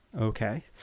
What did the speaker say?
Okay